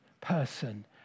person